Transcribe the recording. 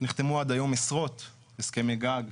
נחתמו עד היום עשרות הסכמי גג,